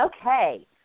Okay